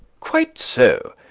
quite so.